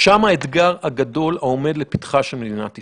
שם האתגר הגדול העומד לפתחה של מדינת ישראל.